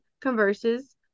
converses